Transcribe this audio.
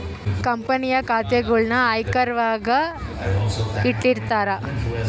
ಕಂಪನಿಯ ಖಾತೆಗುಳ್ನ ಆರ್ಕೈವ್ನಾಗ ಇಟ್ಟಿರ್ತಾರ